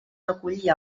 recollia